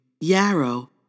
yarrow